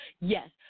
yes